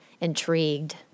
intrigued